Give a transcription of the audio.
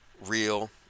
real